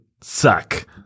suck